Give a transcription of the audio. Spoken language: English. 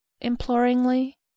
imploringly